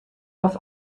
auf